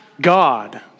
God